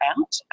out